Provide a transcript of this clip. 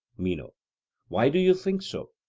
meno why do you think so?